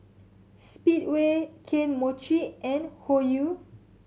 speedway Kane Mochi and Hoyu